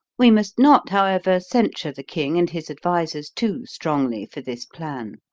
we must not, however, censure the king and his advisers too strongly for this plan.